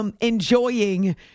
enjoying